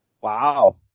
Wow